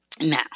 Now